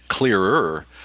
Clearer